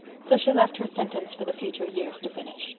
so she left her sentence for the future years to finish.